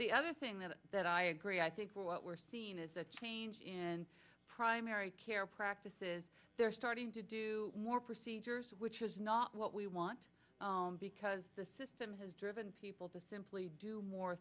the other thing that that i agree i think what we're seeing is a change in primary care practices they're starting to do more procedures which is not what we want because the system has driven people to simply do more